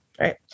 Right